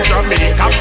Jamaica